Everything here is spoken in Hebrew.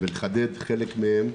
ולחדד חלק מהם,